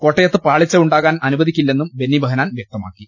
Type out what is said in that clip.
കോട്ടയത്ത് പാളിച്ചകൾ ഉണ്ടാകാൻ അനുവദിക്കില്ലെന്നും ബെന്നി ബഹനാൻ വ്യക്തമാക്കി